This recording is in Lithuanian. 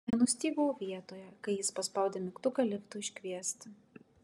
nenustygau vietoje kai jis paspaudė mygtuką liftui iškviesti